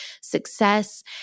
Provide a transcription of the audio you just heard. success